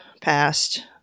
passed